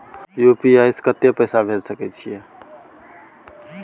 UPI से कत्ते पैसा भेज सके छियै?